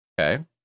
Okay